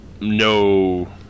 no